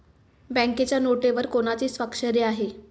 बँकेच्या नोटेवर कोणाची स्वाक्षरी आहे?